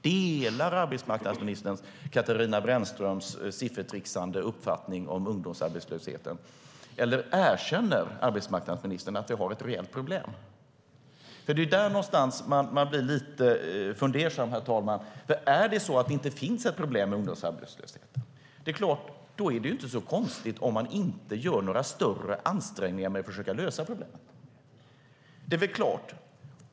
Delar arbetsmarknadsministern Katarina Brännströms siffertricksande uppfattning om ungdomsarbetslösheten, eller erkänner arbetsmarknadsministern att vi har ett reellt problem? Man blir lite fundersam. Om det inte finns något problem med ungdomsarbetslösheten är det ju inte så konstigt om man inte gör några större ansträngningar att försöka lösa det.